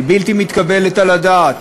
הוא בלתי מתקבל על הדעת.